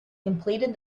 completed